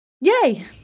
Yay